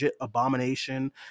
abomination